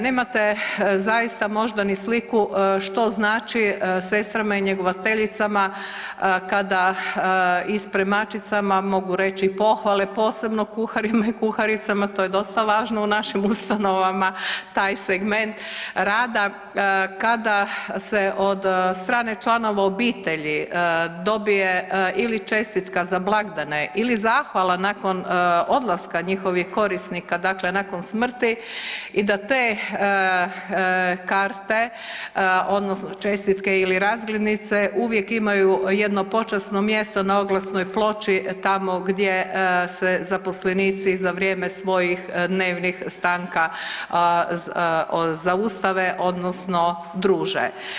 Nemate zaista možda ni sliku što znači sestrama i njegovateljicama kada i spremačicama mogu reći pohvale, posebno kuharima i kuharicama, to je dosta važno u našim ustanovama taj segment rada, kada se od strane članova obitelji dobije ili čestitka za blagdane ili zahvala nakon odlaska njihovih korisnika, dakle nakon smrti i da te karte odnosno čestitke ili razglednice uvijek imaju jedno počasno mjesto na oglasnoj ploči tamo gdje se zaposlenici za vrijeme svojih dnevnih stanka zaustave odnosno druže.